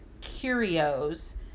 curios